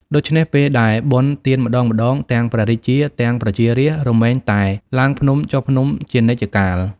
ដូច្នេះពេលដែលបុណ្យទានម្តងៗ ទាំងព្រះរាជា ទាំងប្រជារាស្ត្ររមែងតែ ឡើងភ្នំចុះភ្នំ ជានិច្ចកាល។